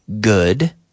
good